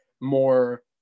more